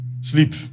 sleep